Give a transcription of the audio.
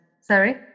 Sorry